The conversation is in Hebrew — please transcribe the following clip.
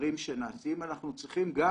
המחקרים שנעשים אנחנו צריכים גם